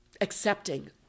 accepting